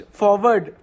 forward